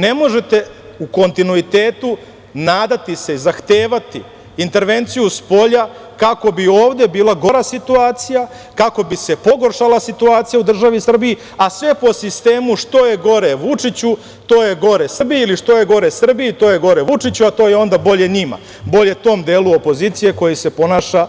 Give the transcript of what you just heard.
Ne možete u kontinuitetu nadati se, zahtevati intervenciju spolja kako bi ovde bila gora situacija, kako bi se pogoršala situacija u državi Srbiji, a sve po sistemu što je gore Vučiću, to je gore Srbiji ili što je gore Srbiji to je gore Vučiću, a to je onda bolje njima, bolje tom delu opozicije koji se ponaša